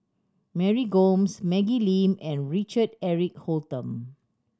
Mary Gomes Maggie Lim and Richard Eric Holttum